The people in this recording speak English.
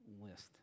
list